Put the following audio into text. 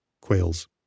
Quails